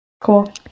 Cool